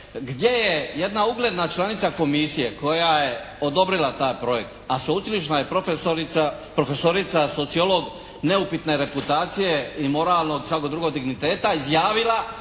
gdje je jedna ugledna članica komisije koja je odobrila taj projekt, a sveučilišna je profesorica sociolog neupitne reputacije i moralnog i svakog drugog digniteta izjavila